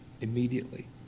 immediately